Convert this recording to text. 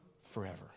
forever